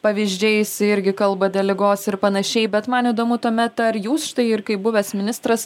pavyzdžiais irgi kalba dėl ligos ir panašiai bet man įdomu tuomet ar jūs štai ir kaip buvęs ministras